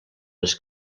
les